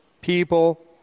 people